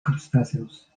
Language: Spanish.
crustáceos